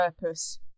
purpose